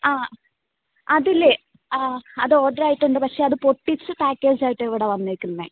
ആ അത് ഇല്ലെ ആ അത് ഓഡർ ആയിട്ടുണ്ട് പക്ഷെ അത് പൊട്ടിച്ച പാക്കേജായിട്ടാണ് ഇവിടെ വന്നേക്കുന്നത്